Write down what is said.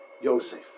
Yosef